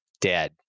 dead